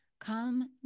Come